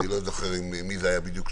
אני לא זוכר מי היה בדיוק.